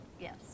Yes